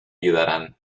ayudarán